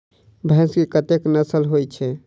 भैंस केँ कतेक नस्ल होइ छै?